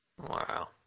Wow